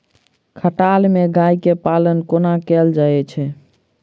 खटाल मे गाय केँ पालन कोना कैल जाय छै?